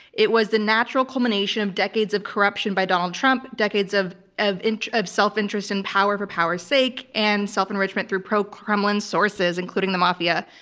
it was the natural culmination of decades of corruption by donald trump, decades of of inch of self-interest in power for power's sake, and self-enrichment through pro-kremlin sources, including the mafia.